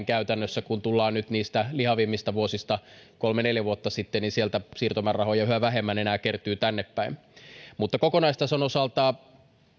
käytännössä alaspäin kun tullaan nyt niistä lihavimmista vuosista kolme neljä vuotta sitten niin sieltä siirtomäärärahoja yhä vähemmän enää kertyy tännepäin mutta kokonaistason osalta